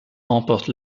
remporte